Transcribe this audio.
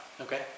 okay